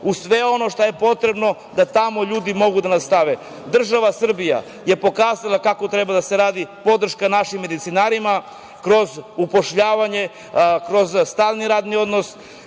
u sve ono što je potrebno da tamo ljudi mogu da nastave. Država Srbija je pokazala kako treba da se radi, podrška našim medicinarima kroz upošljavanje, kroz stalni radni odnos,